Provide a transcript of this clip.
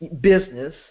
business